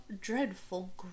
dreadful